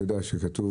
כתוב